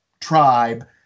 tribe